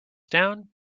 down